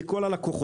זה כל הלקוחות.